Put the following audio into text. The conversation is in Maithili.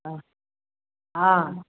तऽ हँ